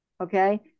Okay